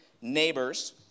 neighbors